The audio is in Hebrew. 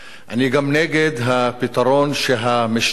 אני גם נגד הפתרון שהמשטר מאמץ,